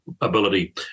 ability